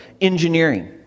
Engineering